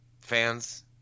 fans